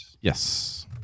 Yes